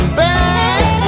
bad